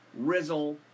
Rizzle